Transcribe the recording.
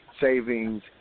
Savings